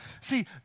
See